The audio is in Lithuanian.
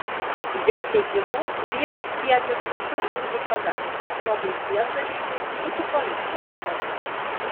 jo teigimu vyrai skiedžia visur ir visada nuo buities dalykų iki politikos reikalų